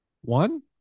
One